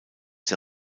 der